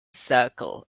circle